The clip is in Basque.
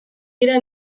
dira